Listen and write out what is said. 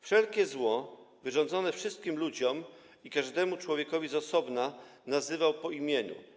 Wszelkie zło wyrządzone wszystkim ludziom i każdemu człowiekowi z osobna nazywał po imieniu.